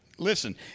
Listen